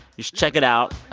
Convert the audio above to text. you should check it out.